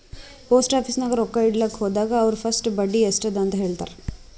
post office ನಾಗ್ ರೊಕ್ಕಾ ಇಡ್ಲಕ್ ಹೋದಾಗ ಅವ್ರ ಫಸ್ಟ್ ಬಡ್ಡಿ ಎಸ್ಟ್ ಅದ ಅಂತ ಹೇಳ್ತಾರ್